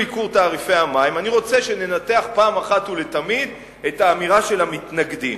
אני רוצה שננתח פעם אחת ולתמיד את האמירה של המתנגדים.